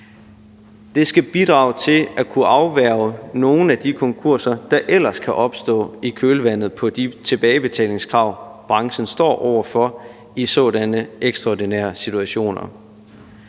Det skal bidrage til at kunne afværge nogle af de konkurser, der ellers kan opstå i kølvandet på de tilbagebetalingskrav, branchen står over for i sådanne ekstraordinære situationer.